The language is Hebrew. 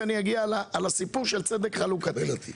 ואני אגיע לסיפור של צדק חלוקתי.